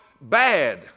bad